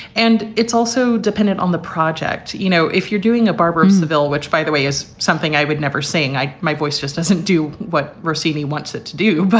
and it's also dependent on the project. you know, if you're doing a barber of seville, which, by the way, is something i would never seeing. my voice just doesn't do what rosine wants it to do. but